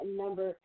number